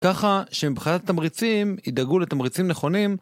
ככה שמבחינת התמריצים ידאגו לתמריצים נכונים.